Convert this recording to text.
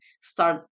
start